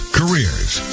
careers